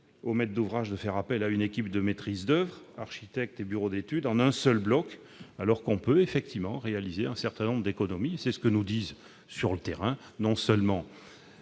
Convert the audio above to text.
aux maîtres d'ouvrage de faire appel à une équipe de maîtrise d'oeuvre, architectes et bureaux d'études, en un seul bloc, alors qu'il est effectivement possible de réaliser un certain nombre d'économies. C'est ce que nous disent, sur le terrain, non seulement